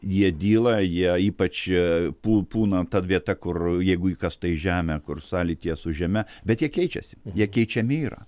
jie dyla jie ypač pū pūna ta vieta kur jeigu kasta į žemę kur sąlytyje su žeme bet jie keičiasi jie keičiami yra